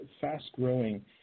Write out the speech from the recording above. fast-growing